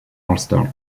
ulster